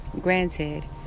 Granted